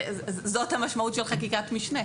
זאת המשמעות של חקיקת משנה.